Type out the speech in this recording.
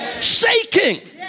Shaking